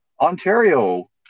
Ontario